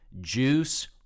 juice